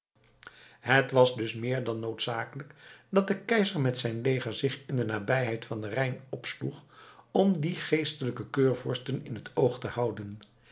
het was dus meer dan noodzakelijk dat de keizer met zijn leger zich in de nabijheid van den rijn opsloeg om die geestelijke keurvorsten in het oog te houden